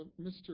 Mr